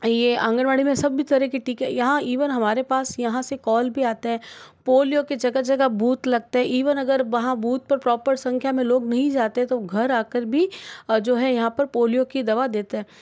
ये आंगनवाड़ी में सभी तरह के टीके यहाँ इवन हमारे पास यहाँ से कॉल भी आता है पोलियो का जगह जगह बूथ लगता है ईविन अगर वहाँ बूथ पर प्रॉपर संख्या में लोग नहीं जाते तो घर आ कर भी जो है यहाँ पर पोलियो की दवा देते हैं